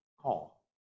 call